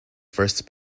first